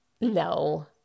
no